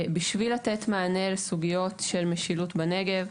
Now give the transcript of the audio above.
בשביל לתת מענה לסוגיות של משילות בנגב,